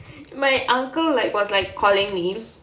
my uncle like was like calling me